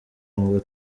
ngo